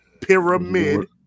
pyramid